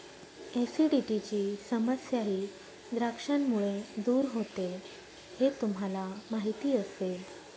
ऍसिडिटीची समस्याही द्राक्षांमुळे दूर होते हे तुम्हाला माहिती असेल